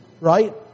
right